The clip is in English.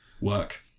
Work